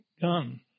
gun